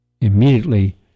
immediately